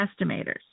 estimators